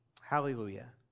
Hallelujah